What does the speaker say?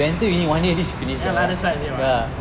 ya lah that's what I said [what]